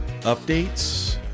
updates